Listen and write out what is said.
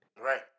right